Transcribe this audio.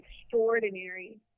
extraordinary